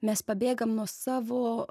mes pabėgam nuo savo